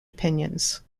opinions